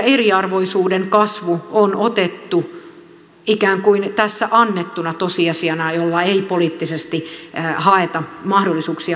eriarvoisuuden kasvu on otettu ikään kuin tässä annettuna tosiasiana jolla ei poliittisesti haeta mahdollisuuksia vaikuttaa